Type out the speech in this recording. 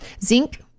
Zinc